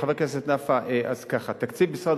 חבר הכנסת נפאע, תקציב משרד